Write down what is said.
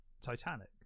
Titanic